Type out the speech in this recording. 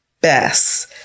best